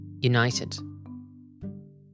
United